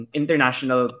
international